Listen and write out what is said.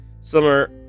similar